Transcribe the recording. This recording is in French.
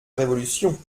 révolution